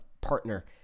partner